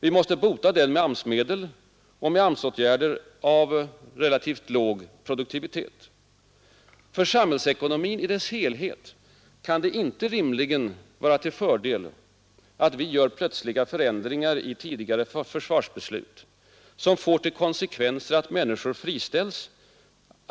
Vi måste bota den med AMS-medel och med AMS-åtgärder av relativt låg produktivitet. För samhällsekonomin i dess helhet kan det inte rimligen vara till fördel att vi gör plötsliga förändringar i tidigare försvarsbeslut som får till konsekvens att människor friställs.